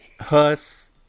Hus